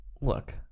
look